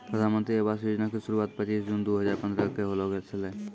प्रधानमन्त्री आवास योजना के शुरुआत पचीश जून दु हजार पंद्रह के होलो छलै